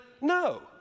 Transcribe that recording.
No